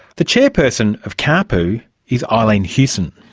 the chairperson of caaapu is eileen hoosan.